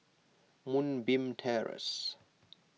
Moonbeam Terrace